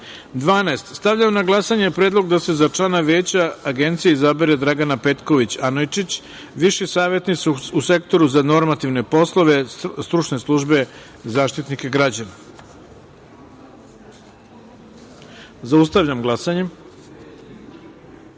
173.12. Stavljam na glasanje predlog da se za člana Veća Agencije izabere Dragana Petković Anojčić, viši savetnik u Sektoru za normativne poslove Stručne službe Zaštitnika građana. Zaustavljam glasanje: